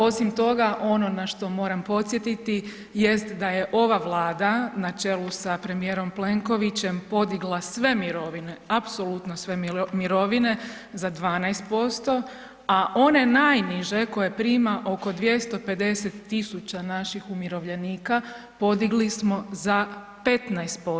Osim toga, ono na što moram podsjetiti jest da je ova Vlada na čelu sa premijerom Plenkovićem podigla sve mirovine apsolutno sve mirovine za 12%, a one najniže koje prima oko 250.000 naših umirovljenika podigli smo za 15%